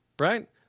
right